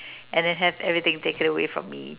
and then have everything taken away from me